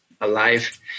alive